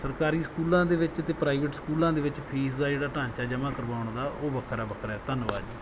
ਸਰਕਾਰੀ ਸਕੂਲਾਂ ਦੇ ਵਿੱਚ ਅਤੇ ਪ੍ਰਾਈਵੇਟ ਸਕੂਲਾਂ ਦੇ ਵਿੱਚ ਫੀਸ ਦਾ ਜਿਹੜਾ ਢਾਂਚਾ ਜਮ੍ਹਾਂ ਕਰਵਾਉਣ ਦਾ ਉਹ ਵੱਖਰਾ ਵੱਖਰਾ ਹੈ ਧੰਨਵਾਦ ਜੀ